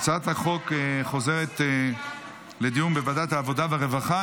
הצעת החוק חוזרת לדיון בוועדת העבודה והרווחה.